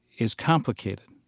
is complicated.